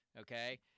Okay